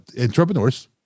entrepreneurs